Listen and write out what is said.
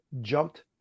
jumped